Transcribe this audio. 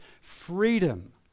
freedom